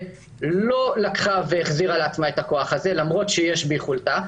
שלא החזירה לעצמה את הכוח הזה למרות שיש ביכולתה.